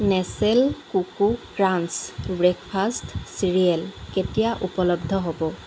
Nestle coco crunch breakfast cereal কেতিয়া উপলব্ধ হ'ব